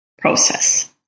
process